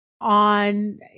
on